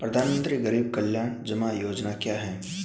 प्रधानमंत्री गरीब कल्याण जमा योजना क्या है?